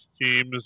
teams